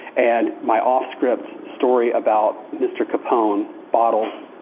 and my off script story about mr. capone, bottles